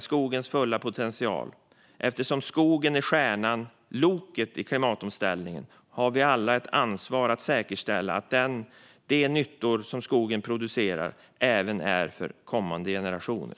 Men för att vi tillsammans ska säkra skogens fulla potential har vi alla ett ansvar att säkerställa att de nyttor som skogen producerar även kommer att finnas för kommande generationer.